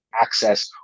access